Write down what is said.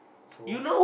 so